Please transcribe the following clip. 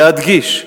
להדגיש,